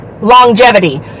longevity